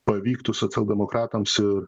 pavyktų socialdemokratams ir